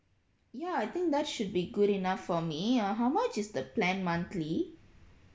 ya I think that should be good enough for me uh how much is the plan monthly